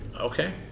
Okay